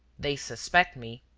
they suspect me.